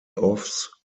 offs